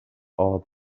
are